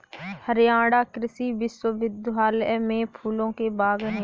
हरियाणा कृषि विश्वविद्यालय में फूलों के बाग हैं